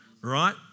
right